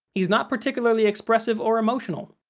he's not particularly expressive or emotional.